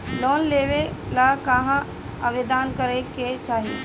Loan लेवे ला कहाँ आवेदन करे के चाही?